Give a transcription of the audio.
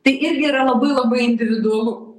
tai irgi yra labai labai individualu